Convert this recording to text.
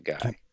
guy